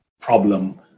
problem